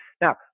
Now